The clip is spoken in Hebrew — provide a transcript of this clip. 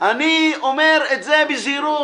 אני אומר את זה בזהירות.